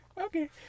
okay